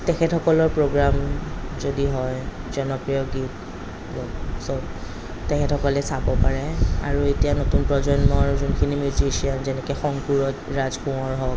তেখেতসকলৰ প্ৰগ্ৰাম যদি হয় জনপ্ৰিয় গীত চব তেখেতসকলে চাব পাৰে আৰু এতিয়া নতুন প্ৰজন্মৰ যোনখিনি মিউজিচিয়ান যেনেকৈ শংকুৰ হওক ৰাজকোঁৱৰ হওক